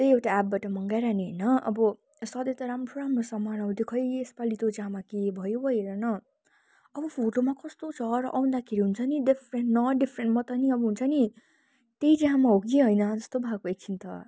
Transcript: त्यही एउटा एप्पबाट मगाइरहने होइन सँधै त राम्रो राम्रो सामान आउँथ्यो खोइ यसपालि त्यो जामा के भयो भयो हेर न अब फोटोमा कस्तो छ र आउँदाखेरि हुन्छ नि डिफ्रेन्ट न डिफ्रेन्ट म त नि अब हुन्छ नि त्यही जामा हो कि होइन जस्तो भएको एकछिन त